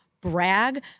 brag